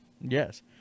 Yes